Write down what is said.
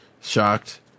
shocked